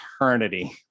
eternity